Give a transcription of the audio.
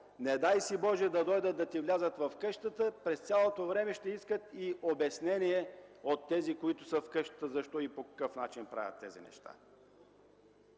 не дай Боже, дойдат и ти влязат в къщата, ще искат и обяснение от тези, които са в къщата, защо и по какъв начин правят тези неща.